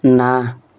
ନା